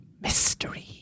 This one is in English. mystery